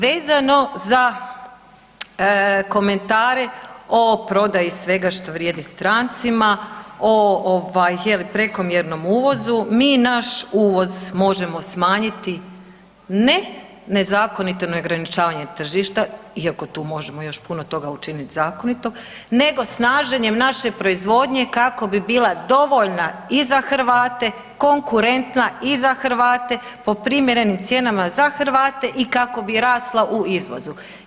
Vezano za komentare o prodaje svega što vrijedi strancima, o ovaj je li prekomjernom uvozu mi naš uvoz možemo smanjiti ne nezakonitim ograničavanje tržišta iako tu možemo još puno toga učiniti zakoniti nego snaženjem naše proizvodnje kako bi bila dovoljna i za Hrvate, konkurentna i za Hrvate, po primjerenim cijenama za Hrvate i kako bi rasla u izvozu.